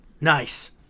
Nice